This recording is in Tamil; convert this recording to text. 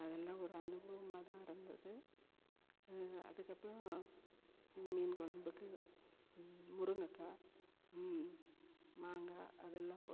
அதெல்லாம் ஒரு அனுபவமாக தான் இருந்தது அது அதுக்கப்புறம் மீன் கொழம்புக்கு முருங்கைக்கா மாங்காய் அதெல்லாம் போட்டு